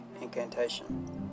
incantation